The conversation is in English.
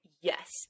yes